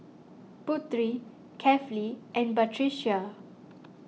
Putri Kefli and Batrisya